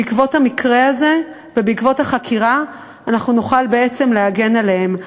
בעקבות המקרה הזה ובעקבות החקירה אנחנו נוכל בעצם להגן עליהן.